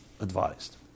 advised